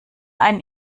einen